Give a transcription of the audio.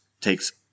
takes